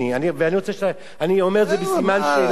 אני אומר את זה בסימן שאלה,